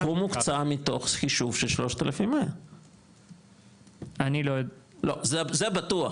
הסכום הוקצה מתוך חישוב של 3,100. אני לא --- זה בטוח,